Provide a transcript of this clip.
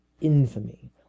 infamy